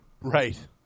right